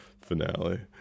finale